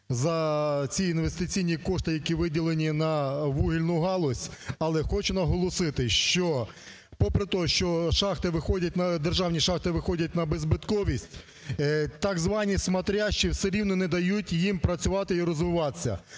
за ці інвестиційні кошти, які виділені на вугільну галузь. Але хочу наголосити, що попри те, що шахти, державні шахти виходять на беззбитковість, так звані "смотрящі" все рівно не дають їм працювати і розвиватися.